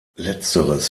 letzteres